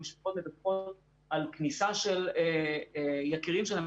המשפחות מדווחות על כניסה של יקירים שלהם,